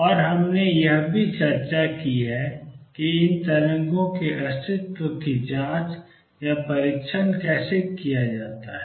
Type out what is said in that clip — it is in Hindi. और हमने यह भी चर्चा की है कि इन तरंगों के अस्तित्व की जांच या परीक्षण कैसे किया जाता है